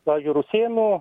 pavyzdžiui rusėnų